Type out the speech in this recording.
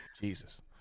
Jesus